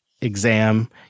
Exam